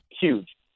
huge